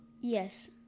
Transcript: Yes